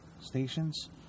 stations